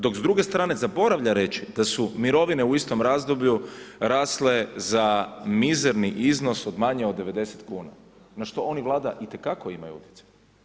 Dok s druge strane zaboravlja reći da su mirovine u istom razdoblju rasle za mizerni iznos od manje od 90 kuna na što on i Vlada itekako imaju utjecaj.